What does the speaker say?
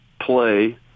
play